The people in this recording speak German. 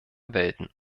welten